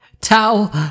Towel